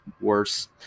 Worse